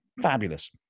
Fabulous